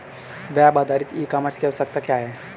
Web आधारित e commerce की आवश्यकता क्या है?